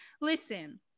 listen